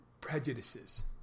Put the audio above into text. prejudices